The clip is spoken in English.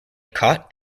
caught